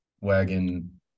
wagon